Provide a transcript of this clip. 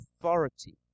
authority